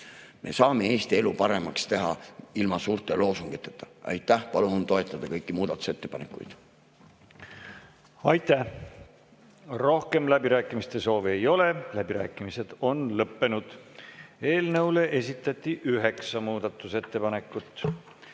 Me saame Eesti elu paremaks teha ilma suurte loosungiteta. Palun toetada kõiki muudatusettepanekuid. Aitäh! Rohkem läbirääkimiste soovi ei ole. Läbirääkimised on lõppenud. Eelnõu kohta esitati üheksa muudatusettepanekut.